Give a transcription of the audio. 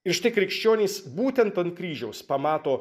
ir štai krikščionys būtent ant kryžiaus pamato